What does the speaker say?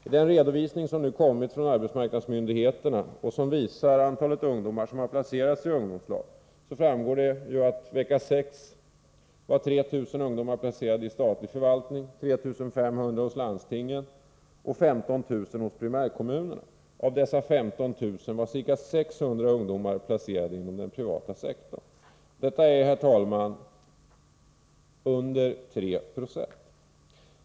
Av den redovisning som nu kommit från arbetsmarknadsmyndigheterna och som visar antalet ungdomar som placerats i ungdomslag framgår det att vecka 6 var 3 000 ungdomar placerade i statliga förvaltningar, 3 500 hos landstingen och 15 000 hos primärkommunerna. Av dessa 15 000 var ca 600 placerade inom den privata sektorn. Detta är, herr talman, under 3 90.